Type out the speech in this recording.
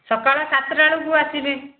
ସକାଳ ସାତଟା ବେଳକୁ ଆସିବେ